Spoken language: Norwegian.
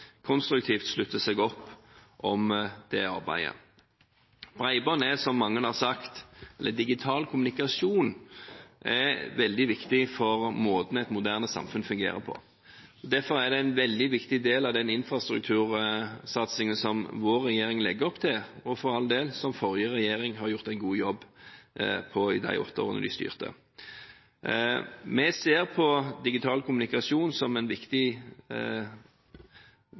konstruktivt slutter opp om det arbeidet. Bredbånd, eller digital kommunikasjon, er – som mange har sagt – veldig viktig for måten et moderne samfunn fungerer på. Derfor er det en veldig viktig del av den infrastruktursatsingen som vår regjering legger opp til, og – for all del – som forrige regjering har gjort en god jobb med i de åtte årene de styrte. Vi ser på digital kommunikasjon som en viktig